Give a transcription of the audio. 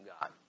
God